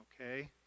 Okay